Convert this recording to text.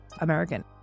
American